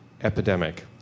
epidemic